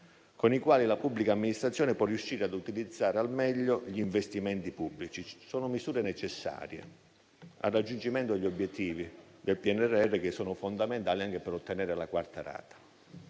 con i quali la pubblica amministrazione può riuscire ad utilizzare al meglio gli investimenti pubblici. Sono misure necessarie al raggiungimento degli obiettivi del PNRR, che sono fondamentali anche per ottenere la quarta rata.